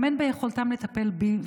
גם אין ביכולתם לטפל בי,